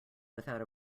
without